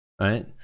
right